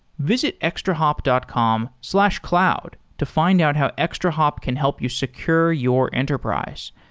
visit extrahop dot com slash cloud to find out how extrahop can help you secure your enterprise.